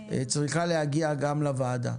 צריכה להגיע גם לוועדה,